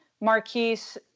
Marquise